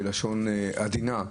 בלשון עדינה,